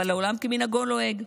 אבל עולם כמנהגו נוהג.